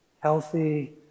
Healthy